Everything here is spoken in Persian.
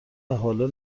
حالا